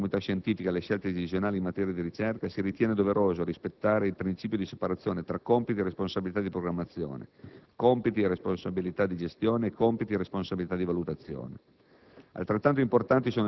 Quanto alla partecipazione della comunità scientifica alle scelte decisionali in materia di ricerca, si ritiene doveroso rispettare il principio di separazione tra compiti e responsabilità di programmazione, compiti e responsabilità di gestione e compiti e responsabilità di valutazione.